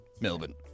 Melbourne